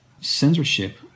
censorship